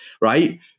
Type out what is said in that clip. Right